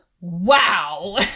Wow